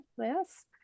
yes